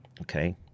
okay